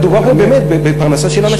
מדובר פה באמת בפרנסה של אנשים.